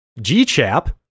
G-Chap